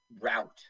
route